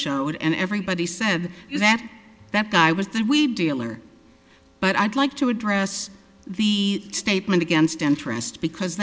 showed and everybody said that that guy was the we dealer but i'd like to address the statement against interest because